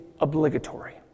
obligatory